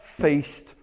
faced